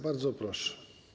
Bardzo proszę.